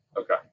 Okay